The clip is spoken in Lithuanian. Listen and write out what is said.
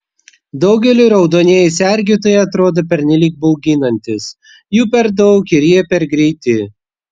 daugeliui raudonieji sergėtojai atrodo pernelyg bauginantys jų per daug ir jie per greiti